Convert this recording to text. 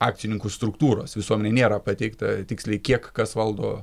akcininkų struktūros visuomenej nėra pateikta tiksliai kiek kas valdo